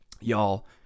Y'all